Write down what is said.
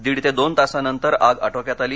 दिड ते दोन तासानंतर आग आटोक्यात आली